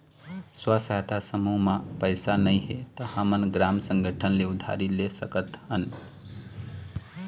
स्व सहायता समूह म पइसा नइ हे त हमन ग्राम संगठन ले उधारी ले सकत हन